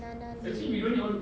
banana leaf